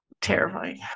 Terrifying